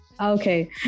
Okay